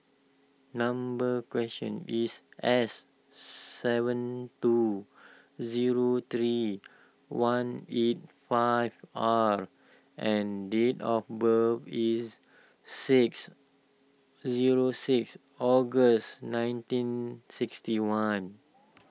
number question is S seven two zero three one eight five R and date of birth is six zero six August nineteen sixty one